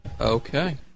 Okay